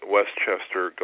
Westchester